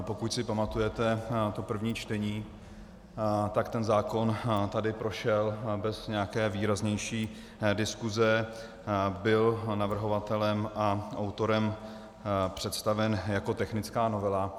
Pokud si pamatujete první čtení, zákon tady prošel bez nějaké výraznější diskuse, byl navrhovatelem a autorem představen jako technická novela.